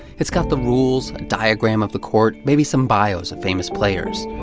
it's got the rules diagram of the court, maybe some bios of famous players.